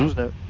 the